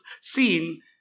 seen